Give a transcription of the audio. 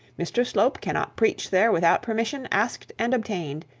mr slope cannot preach there without permission asked and obtained,